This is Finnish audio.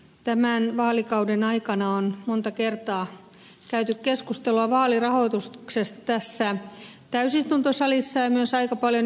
tämän vaalikauden aikana on monta kertaa käyty keskustelua vaalirahoituksesta tässä täysistuntosalissa ja myös aika paljon julkisuudessa